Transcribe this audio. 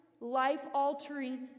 life-altering